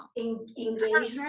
engagement